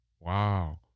Wow